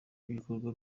ibikorwa